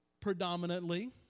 predominantly